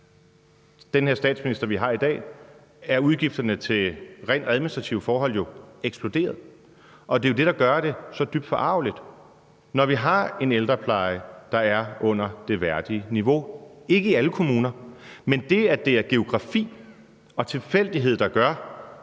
den her statsminister, vi har i dag, er udgifterne til rent administrative forhold eksploderet, og det er det, der gør det så dybt forargeligt, når vi har en ældrepleje, der er under det værdige niveau. Det gælder ikke i alle kommuner, men det, at det er geografi og tilfældighed, der gør,